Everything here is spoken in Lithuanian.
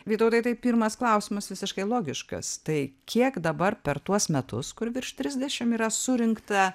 vytautai tai pirmas klausimas visiškai logiškas tai kiek dabar per tuos metus kur virš trisdešim yra surinkta